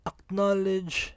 Acknowledge